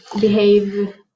behave